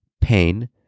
pain